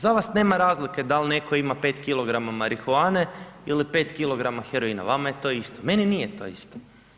Za vas nema razlike dal neko ima 5 kg marihuane ili 5 kg heroina, vama je to isto, meni nije to isto.